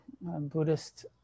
Buddhist